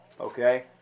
Okay